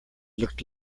looked